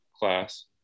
class